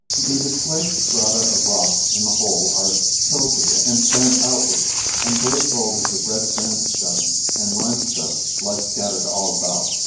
the displaced strata of rocks in the hole are tilted and stand outwards and great boulders of red sandstone and limestone lie scattered all about.